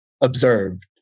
observed